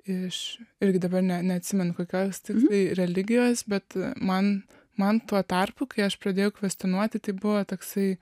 iš irgi dabar ne neatsimenu kokios tiksliai religijos bet man man tuo tarpu kai aš pradėjau kvestionuoti tai buvo toksai